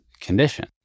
condition